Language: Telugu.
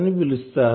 అని పిలుస్తారు